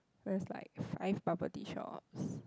there is like five bubble tea shops